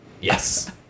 Yes